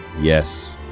Yes